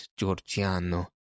Giorgiano